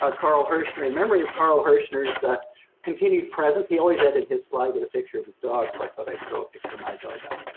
ah carl in and memory of carl hershner's continued presence. he always ended his slide with a picture of his dog. so i thought i'd throw a picture of my dog up